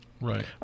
Right